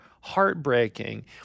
heartbreaking